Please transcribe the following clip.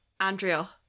Andrea